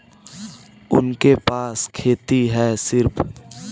उनके पास खेती हैं सिर्फ